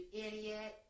idiot